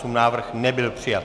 Návrh nebyl přijat.